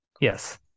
Yes